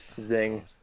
Zing